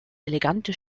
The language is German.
elegante